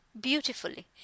beautifully